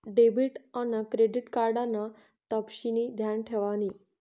debit आन credit card ना तपशिनी ध्यान ठेवानी